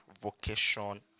vocation